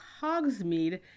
Hogsmeade